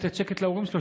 לתת שקט להורים שלו,